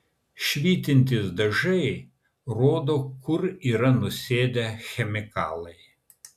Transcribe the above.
švytintys dažai rodo kur yra nusėdę chemikalai